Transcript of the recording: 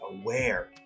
aware